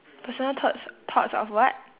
personal thoughts thoughts of what